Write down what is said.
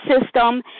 system